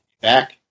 Back